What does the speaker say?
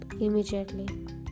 immediately